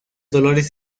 dolores